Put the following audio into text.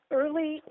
early